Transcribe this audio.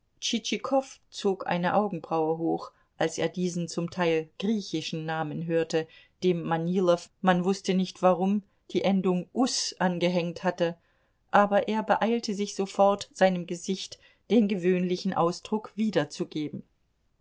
zog eine augenbraue hoch als er diesen zum teil griechischen namen hörte dem manilow man wußte nicht warum die endung us angehängt hatte aber er beeilte sich sofort seinem gesicht den gewöhnlichen ausdruck wiederzugeben